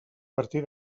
partir